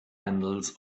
handles